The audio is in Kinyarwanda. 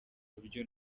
buryo